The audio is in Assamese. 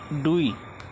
দুই